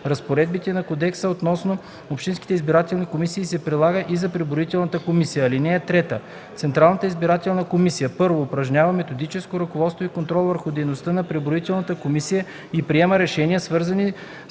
Разпоредбите на кодекса относно общинските избирателни комисии се прилагат и за преброителната комисия. (3) Централната избирателна комисия: 1. упражнява методическо ръководство и контрол върху дейността на преброителната комисия и приема решения, свързани с